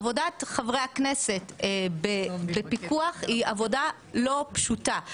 עבודת חברי הכנסת בפיקוח היא עבודה לא פשוטה,